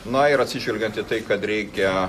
na ir atsižvelgiant į tai kad reikia